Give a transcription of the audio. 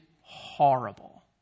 horrible